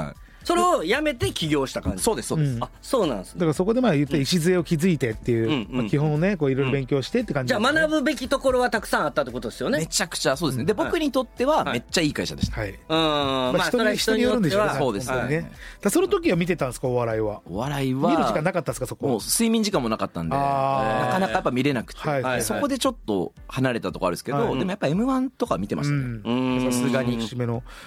はい。それを辞めて起業した感じ。うん。 そうです、そうです。 うん。あ、そうなんですね。だからそこでまあ言って、うん。礎を築いてっていう、うん、うん。まあ基本をね、こう色々勉強してって感じなんですね。じゃあ学ぶべきところはたくさんあったってことですよね。めちゃくちゃそうですね。で、うん。僕にとっては、はい。めっちゃいい会社でした。はい。うん。まあ人に-まあそれは人によっては。人によるんでしょうね、そうですね。本当にね。はい。だからその時は見てたんですか、お笑いは？はい。お笑いは、見る時間なかったんですか、そこは？もう睡眠時間もなかったんで、あー。なかなかやっぱ見れなくて。はい、はい、はい。そこでちょっと離れたとこあるんですけど、はい。でもやっぱM1とか見てましたね。うん。さすがに。